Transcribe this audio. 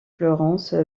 florence